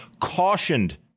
cautioned